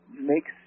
makes